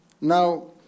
Now